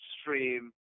stream